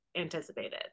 anticipated